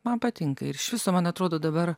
man patinka ir iš viso man atrodo dabar